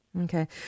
Okay